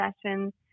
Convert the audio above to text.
sessions